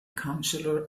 counselor